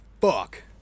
fuck